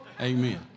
Amen